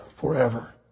forever